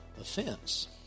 offense